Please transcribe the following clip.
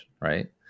right